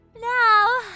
Now